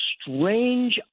strange